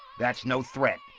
that's no threat.